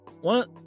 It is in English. one